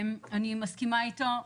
אני מסכימה איתו.